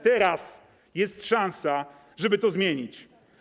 Teraz jest szansa, żeby to zmienić.